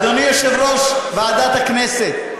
אדוני יושב-ראש ועדת הכנסת,